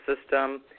system